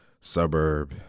suburb